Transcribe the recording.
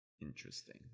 interesting